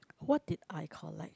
what did I collect